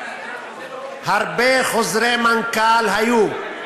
הרבה חוזרי מנכ"ל היו,